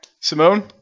Simone